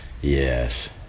Yes